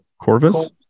Corvus